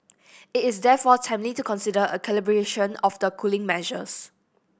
it is therefore timely to consider a calibration of the cooling measures